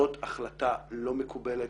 זאת החלטה לא מקובלת,